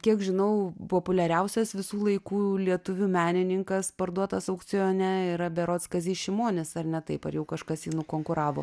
kiek žinau populiariausias visų laikų lietuvių menininkas parduotas aukcione yra berods kazys šimonis ar ne taip ar jau kažkas jį nukonkuravo